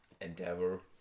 Endeavor